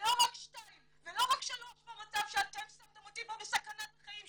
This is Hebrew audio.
ולא רק שניים ולא רק שלוש במצב שאתם שמתם אותי בו בסכנת החיים,